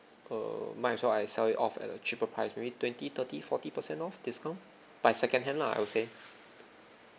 err might as well I sell it off at a cheaper price maybe twenty thirty forty percent off discount but is secondhand lah I would say